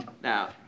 Now